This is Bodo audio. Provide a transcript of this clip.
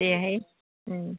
दे हाय ओम